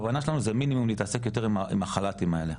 הכוונה שלנו זה מינימום וכמה שפחות להתעסק עם החל"תים האלה,